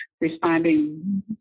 responding